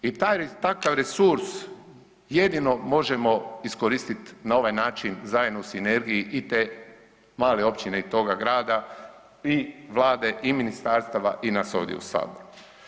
I taj, takav resurs jedino možemo iskoristit na ovaj način zajedno u sinergiji i te male općine i toga grada i vlade i ministarstava i nas ovdje u saboru.